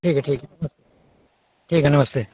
ठीक है ठीक है हं ठीक है नमस्ते